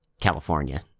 California